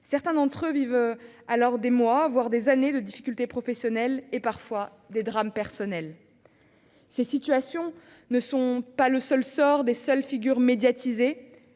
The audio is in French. certains d'entre eux vivent alors des mois, voire des années de difficultés professionnelles et, parfois, de drames personnels. De telles situations ne sont pas le sort des seules figures médiatisées.